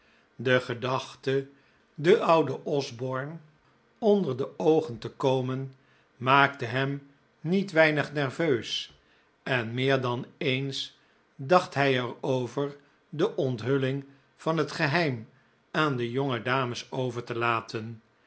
de gedachte den ouden osborne onder de oogen te komen maakte p tm p hem niet weinig nerveus en meer dan eens dacht hij er over de onthulling van oo oo oo oo oo het geheim aan de jonge dames over te laten